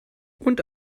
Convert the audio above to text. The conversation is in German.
und